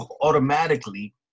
automatically